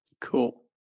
Cool